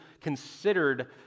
considered